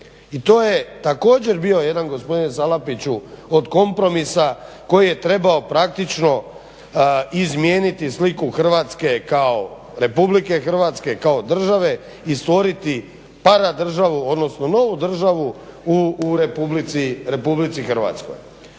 I to je također bio jedan gospodin Salapiću od kompromisa koji je trebao praktično izmijeniti sliku Hrvatske kao Republike Hrvatske, kao države i stvoriti para državu odnosno novu državu u Republici Hrvatskoj.